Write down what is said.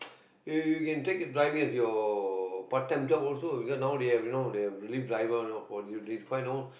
you can take driving as your part time job also cause nowaday they have you know the relief driver you know for this quite a number of